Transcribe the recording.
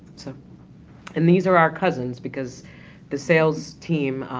so and these are our cousins because the sales team,